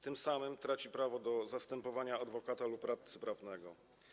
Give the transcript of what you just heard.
Tym samym traci prawo do zastępowania adwokata lub radcy prawnego.